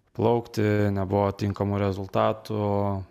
plaukti nebuvo tinkamų rezultatų